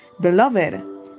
Beloved